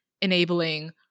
enabling